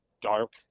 dark